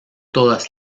todas